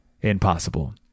impossible